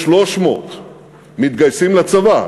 300 מתגייסים לצבא,